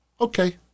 Okay